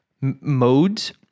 modes